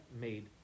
made